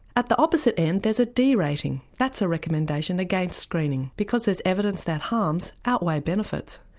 at the opposite end there's a d rating. that's a recommendation against screening. because there's evidence that harms outweigh benefits.